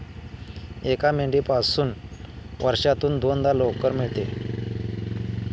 एका मेंढीपासून वर्षातून दोनदा लोकर मिळते